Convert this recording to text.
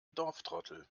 dorftrottel